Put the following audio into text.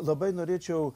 labai norėčiau